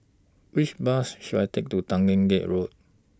Which Bus should I Take to Tanglin Gate Road